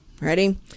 Ready